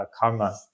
karma